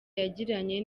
yagiranye